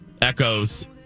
Echoes